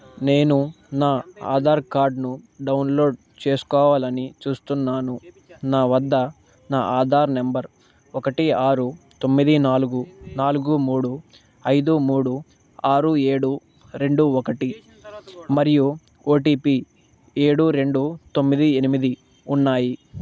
నేను నా ఆధార్ కార్డ్ను డౌన్లోడ్ చేసుకోవాలని చూస్తున్నాను నా వద్ద నా ఆధార్ నెంబర్ ఒకటి ఆరు తొమ్మిది నాలుగు నాలుగు మూడు ఐదు మూడు ఆరు ఏడు రెండు ఒకటి మరియు ఓ టీ పీ ఏడు రెండు తొమ్మిది ఎనిమిది ఉన్నాయి